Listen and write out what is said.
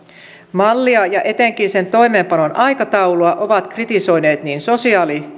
mallia ja etenkin sen toimeenpanon aikataulua ovat kritisoineet niin sosiaali